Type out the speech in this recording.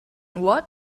what